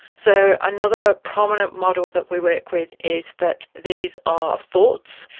so another prominent model that we work with is that these are thoughts,